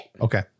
Okay